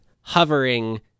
hovering